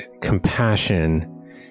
compassion